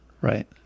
Right